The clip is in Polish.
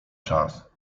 czas